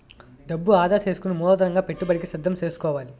డబ్బు ఆదా సేసుకుని మూలధనంగా పెట్టుబడికి సిద్దం సేసుకోవాలి